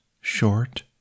short